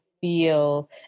feel